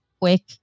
quick